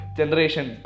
generation